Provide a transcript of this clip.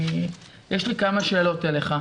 כמה שאלות אליך.